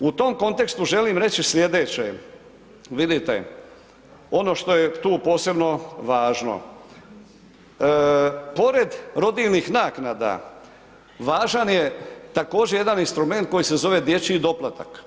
U tom kontekstu želim reći sljedeće, vidite ono što je tu posebno važno, pored rodiljinih naknada važan je također jedan instrument koji se zove dječji doplatak.